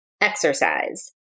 exercise